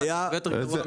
זה הרבה יותר גרוע.